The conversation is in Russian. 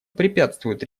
препятствует